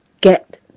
get